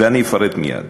ואני אפרט מייד.